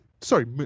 sorry